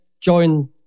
join